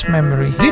Memory